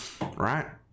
right